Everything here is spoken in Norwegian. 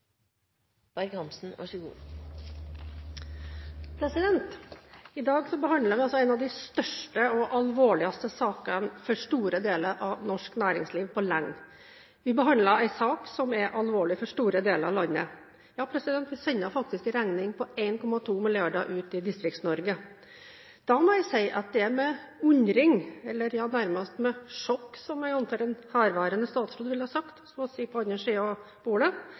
I dag behandler vi altså en av de største og alvorligste sakene for store deler av norsk næringsliv på lenge. Vi behandler en sak som er alvorlig for store deler av landet. Ja, vi sender faktisk en regning på 1,2 mrd. kr ut i Distrikts-Norge. Da må jeg si det er med undring – eller nærmest «med sjokk», som jeg antar en herværende statsråd ville sagt, som har sittet på den andre